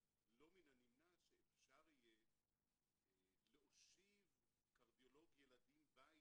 לא מן הנמנע שאפשר יהיה להושיב קרדיולוג ילדים בית.